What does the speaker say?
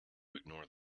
ignore